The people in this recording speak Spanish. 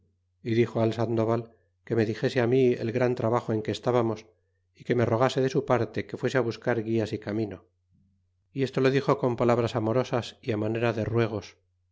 y dixo al sandoval que me dixese mi el gran trabajo en que estábamos y que me rogase de su parte que fuese á buscar gulas y camino y esto lo dixo con palabras amorosas y a manera de ruegos